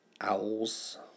Owls